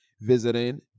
visiting